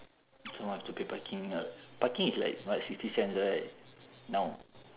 some more have to pay parking parking is like what sixty cents right now